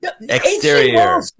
Exterior